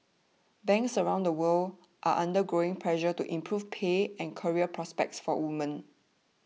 banks around the world are under growing pressure to improve pay and career prospects for women